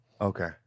Okay